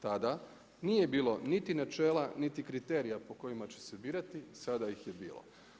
Tada nije bilo niti načela, niti kriterija po kojima će se birati, sada ih je bilo.